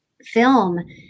film